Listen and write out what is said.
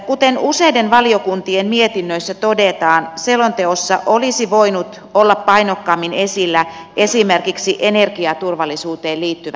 kuten useiden valiokuntien mietinnöissä todetaan selonteossa olisi voinut olla painokkaammin esillä esimerkiksi energiaturvallisuuteen liittyvät asiat